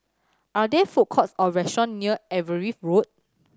are there food courts or restaurants near Everitt Road